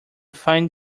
fine